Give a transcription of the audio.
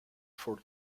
for